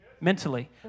mentally